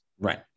Right